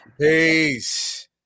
Peace